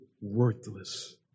worthless